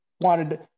wanted